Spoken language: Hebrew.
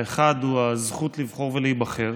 האחד הוא הזכות לבחור ולהיבחר,